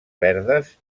verdes